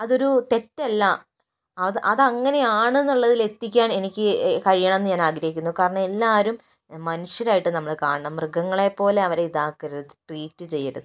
അതൊരു തെറ്റല്ല അത് അത് അങ്ങനെയാണ് എന്നുള്ളതിൽ എത്തിക്കാൻ എനിക്ക് കഴിയണമെന്ന് ഞാൻ ആഗ്രഹിക്കുന്നു കാരണം എല്ലാവരും മനുഷ്യരായിട്ട് നമ്മള് കാണണം മൃഗങ്ങളെപ്പോലെ അവരെ ഇതാക്കരുത് ട്രീറ്റ് ചെയ്യരുത്